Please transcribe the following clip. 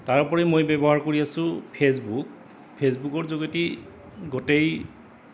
তাৰোপৰি মই ব্যৱহাৰ কৰি আছো ফেচবুক ফেচবুকৰ যোগেদি গোটেই